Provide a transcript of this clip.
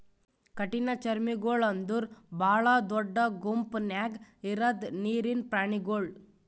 ಕಠಿಣಚರ್ಮಿಗೊಳ್ ಅಂದುರ್ ಭಾಳ ದೊಡ್ಡ ಗುಂಪ್ ನ್ಯಾಗ ಇರದ್ ನೀರಿನ್ ಪ್ರಾಣಿಗೊಳ್